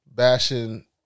bashing